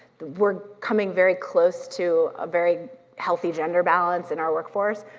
we're coming very close to a very healthy gender balance in our workforce,